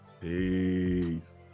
Peace